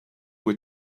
were